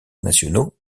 nationaux